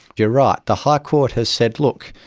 you're right, the high court has said, look,